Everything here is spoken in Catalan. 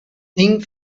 tinc